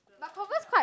but Converse quite